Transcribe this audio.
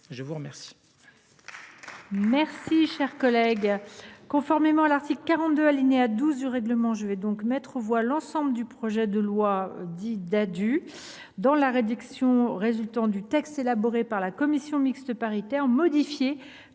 Je vous remercie